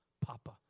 Papa